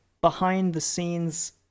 behind-the-scenes